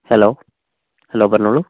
hello hello പറഞ്ഞോളൂ